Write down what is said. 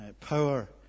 power